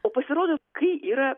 o pasirodo kai yra